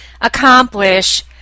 accomplish